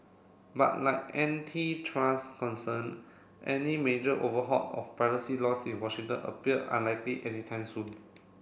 but like antitrust concern any major overhaul of privacy laws in Washington appeared unlikely anytime soon